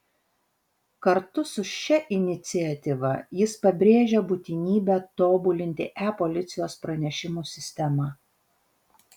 kartu su šia iniciatyva jis pabrėžia būtinybę tobulinti e policijos pranešimų sistemą